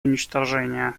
уничтожения